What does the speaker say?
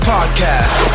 Podcast